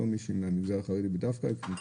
לא מישהי מהמגזר החרדי דווקא,